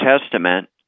Testament